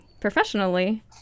professionally